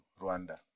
Rwanda